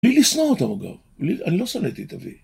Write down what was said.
בלי לשנוא אותם אגב, אני לא שונאתי את אבי